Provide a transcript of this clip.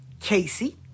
Casey